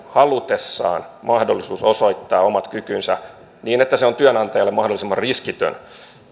halutessaan mahdollisuus osoittaa omat kykynsä niin että on työnantajalle mahdollisimman riskitön